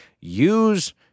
use